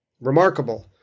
remarkable